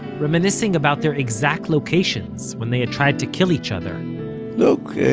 reminiscing about their exact locations when they had tried to kill each other look, yeah